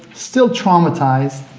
still traumatized,